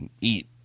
eat